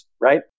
right